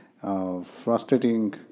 frustrating